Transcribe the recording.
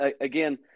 again